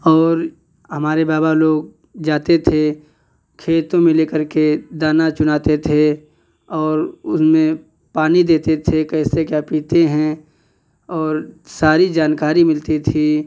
और हमारे बाबा लोग जाते थे खेतों में लेकर के दाना चुनाते थे और उसमें पानी देते थे कैसे क्या पीते हैं और सारी जानकारी मिलती थी